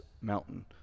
mountain